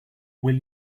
will